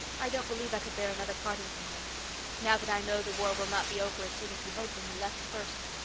i don't believe i could bear another parting from him now that i know the war will not be over as soon as we hoped when he left first.